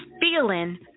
feeling